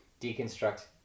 deconstruct